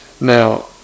Now